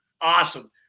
Awesome